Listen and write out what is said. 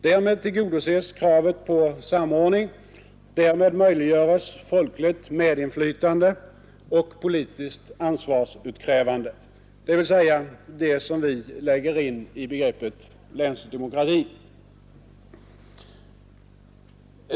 Därmed tillgodoses kravet på samordning och därmed möjliggörs folkligt medinflytande och politiskt ansvarsutkrävande, dvs. det som vi lägger in i begreppet länsdemokrati.